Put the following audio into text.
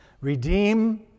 redeem